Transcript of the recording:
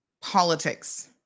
politics